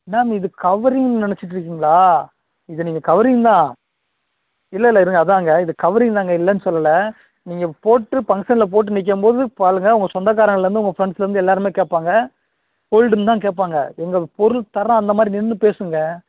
ma'am இது கவரிங்ன்னு நினைச்சிட்டு இருக்கீங்களா இது நீங்கள் கவரிங் தான் இல்லை இல்லை இருங்க அதுதாங்க இது கவரிங் தாங்க இல்லைன்னு சொல்லலை நீங்கள் இப்போ போட்டு பங்க்ஷனில் போட்டு நிக்கும் போது பாருங்க உங்கள் சொந்தக்காரங்களிலேருந்து உங்கள் ஃப்ரெண்ட்ஸிலேருந்து எல்லோருமே கேட்பாங்க கோல்டுன்னு தான் கேட்பாங்க எங்கள் பொருள் தரம் அந்தமாதிரி நின்று பேசுங்க